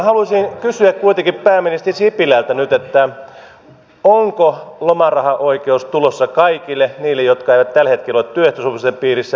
haluaisin kysyä kuitenkin pääministeri sipilältä nyt onko lomarahaoikeus tulossa kaikille niille jotka eivät tällä hetkellä ole työehtosopimusten piirissä vai ei